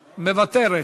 מוותרת.